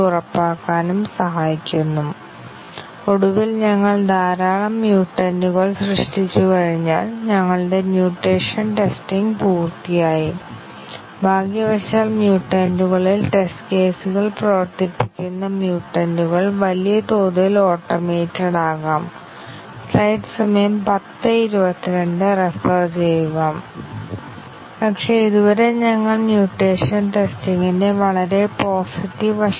അതിനാൽ സാധാരണയായി ധാരാളം ഉപയോക്താക്കൾ വാണിജ്യപരമായി ഉപയോഗിക്കുന്നതിനോ ഉള്ള ഒരു പ്രോഗ്രാം തിരികെ നൽകുമ്പോൾ ടെസ്റ്റർ MCDC കവറേജും പാത്ത് കവറേജും എഡ്ജും രണ്ടും നിറവേറ്റുക എന്ന ലക്ഷ്യത്തോടെ പരീക്ഷിക്കാൻ ശ്രമിക്കുന്നു ഇവ രണ്ടും കോംപ്ലിമെൻറ്ററി ടെസ്റ്റ് കേസുകൾ ആണെന്ന് ഈ ചിത്രത്തിൽ കാണാം